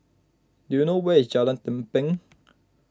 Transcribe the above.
do you know where is Jalan Lempeng